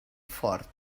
fort